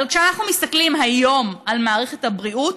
אבל כשאנחנו מסתכלים היום על מערכת הבריאות,